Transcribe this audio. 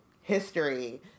history